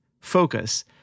focus